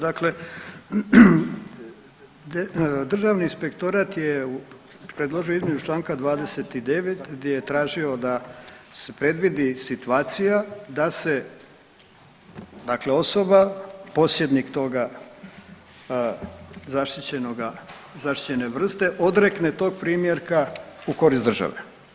Dakle, Državni inspektorat je predložio izmjenu Članka 29. gdje je tražio da se predvidi situacija da se dakle osoba posjednik toga zaštićenoga, zaštićene vrste odrekne tog primjerka u korist države.